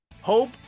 Hope